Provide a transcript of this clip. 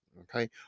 Okay